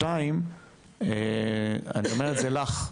שניים, אני אומר את זה לך.